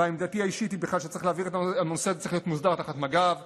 ועמדתי האישית היא בכלל שהנושא הזה צריך להיות מוסדר תחת מג"ב,